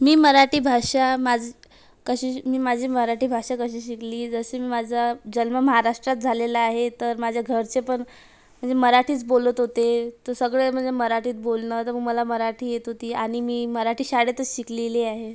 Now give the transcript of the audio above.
मी मराठी भाषा माझ कशी मी माझी मराठी भाषा कशी शिकली जशी मी माझा जल्म महाराष्ट्रात झालेला आहे तर माझ्या घरचे पण म्हणजे मराठीच बोलत होते तर सगळे म्हणजे मराठीत बोलणं तर मग मला मराठी येत होती आणि मी मराठी शाळेतच शिकलेली आहे